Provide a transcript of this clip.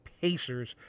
Pacers